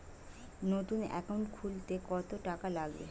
নতুন একাউন্ট খুলতে কত টাকা লাগে?